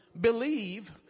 believe